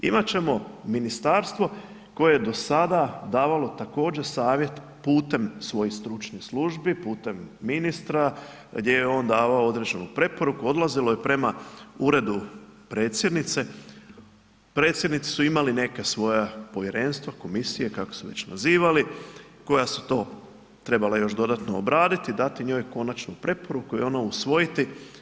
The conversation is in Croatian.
Imati ćemo ministarstvo koje je do sada davalo također savjet putem svojih stručnih službi, putem ministra, gdje on davao određenu preporuku, odlazilo je prema Uredu predsjednice, predsjednici su imali neka svoja povjerenstva, komisije kako se već nazivali koja su to trebala dodatno obraditi i dati njoj konačnu preporuku i ono usvojiti.